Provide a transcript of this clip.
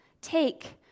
take